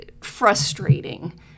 frustrating